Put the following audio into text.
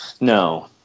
No